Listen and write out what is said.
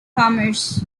commerce